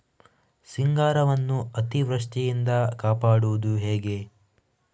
ಸಿಂಗಾರವನ್ನು ಅತೀವೃಷ್ಟಿಯಿಂದ ಕಾಪಾಡುವುದು ಹೇಗೆ?